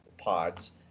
pods